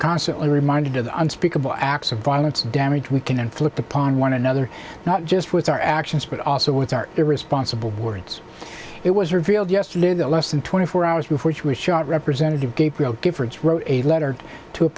constantly reminded of the unspeakable acts of violence damage we can inflict upon one another not just with our actions but also with our irresponsible words it was revealed yesterday that less than twenty four hours before she was shot representative gabrielle giffords wrote a letter to a